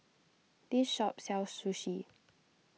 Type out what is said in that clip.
this shop sells Sushi